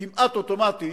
כמעט אוטומטי